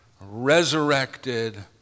resurrected